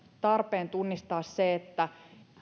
tarpeen tunnistaa se että